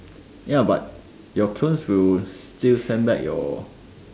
ya but your clones will still send back your